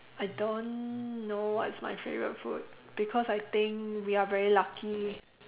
I don't know what's my favourite food because I think we are very lucky